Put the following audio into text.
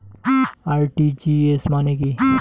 RTGS মানে কি?